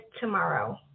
tomorrow